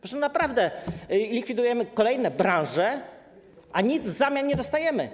Zresztą naprawdę likwidujemy kolejne branże, a nic w zamian nie dostajemy.